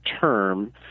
term